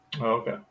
okay